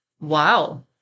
Wow